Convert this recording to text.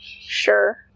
Sure